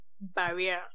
barrier